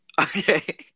Okay